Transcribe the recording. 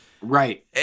Right